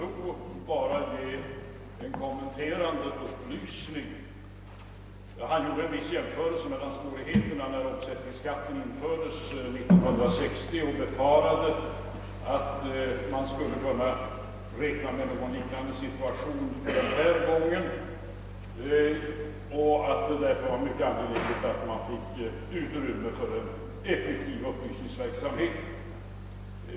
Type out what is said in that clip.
Herr talman! Jag vill bara ge herr Andersson i Örebro en kompletterande upplysning. Han gjorde en jämförelse med svårigheterna när omsättningsskatten infördes år 1960 och befarade att man skulle kunna räkna med någon liknande situation denna gång, varför det skulle vara mycket angeläget att man fick utrymme för en effektiv upplysningsverksamhet.